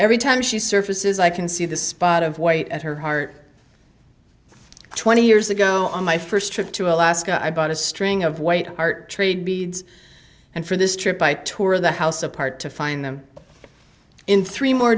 every time she surfaces i can see the spot of white at her heart twenty years ago on my first trip to alaska i bought a string of white hart tree beads and for this trip by tour the house apart to find them in three more